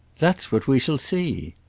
that's what we shall see!